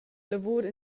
lavur